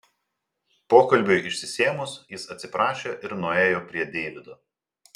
pokalbiui išsisėmus jis atsiprašė ir nuėjo prie deivido